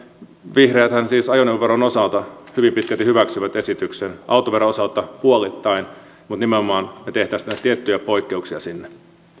vihreäthän siis ajoneuvoveron osalta hyvin pitkälti hyväksyvät esityksen autoveron osalta puolittain mutta me nimenomaan tekisimme näitä tiettyjä poikkeuksia sinne